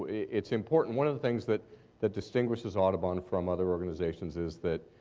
it's important. one of the things that that distinguishes audubon from other organizations is that